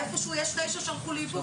איפשהו יש תשע שהלכו לאיבוד.